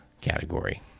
category